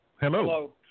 Hello